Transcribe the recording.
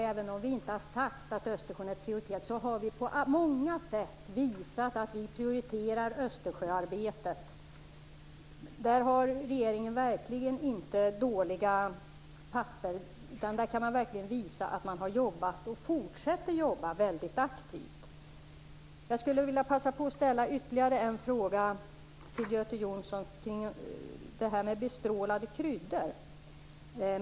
Även om vi inte har uttalat att Östersjön är prioriterad, har vi på många sätt visat att vi prioriterar Östersjösamarbetet. Regeringen har verkligen inte någon dålig dokumentation av detta utan kan visa att den har jobbat mycket aktivt och även fortsätter att göra det. Jonsson, om bestrålade kryddor.